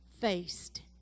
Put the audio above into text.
faced